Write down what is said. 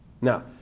now